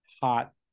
hot